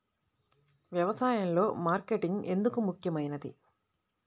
వ్యసాయంలో మార్కెటింగ్ ఎందుకు ముఖ్యమైనది?